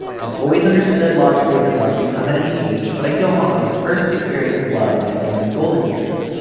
i've always understood logically that love can come at any age but i don't want my first experience with love when i'm in my golden years.